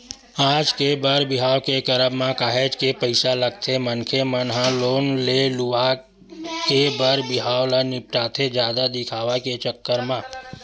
आज के बर बिहाव के करब म काहेच के पइसा लगथे मनखे मन ह लोन ले लुवा के बर बिहाव ल निपटाथे जादा दिखावा के चक्कर म